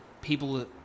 people